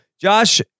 Josh